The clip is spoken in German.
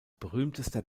berühmtester